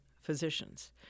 physicians